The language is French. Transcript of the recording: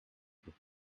peux